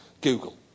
Google